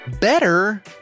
better